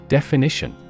Definition